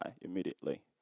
immediately